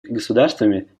государствами